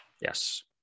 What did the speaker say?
Yes